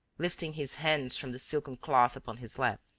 lifting his hands from the silken cloth upon his lap.